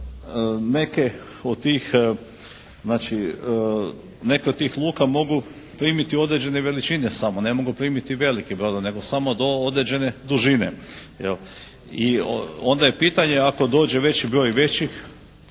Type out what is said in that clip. neke od tih luka mogu primiti određene veličine samo, ne mogu primiti velike brodove, nego samo do određene dužine, jel. I onda je pitanje ako dođe veći broj većih